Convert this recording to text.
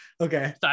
Okay